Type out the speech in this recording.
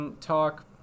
talk